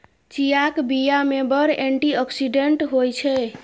चीयाक बीया मे बड़ एंटी आक्सिडेंट होइ छै